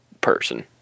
person